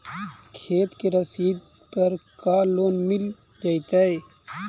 खेत के रसिद पर का लोन मिल जइतै?